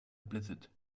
blizzard